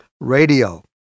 radio